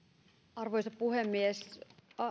arvoisa puhemies